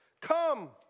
Come